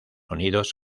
unidos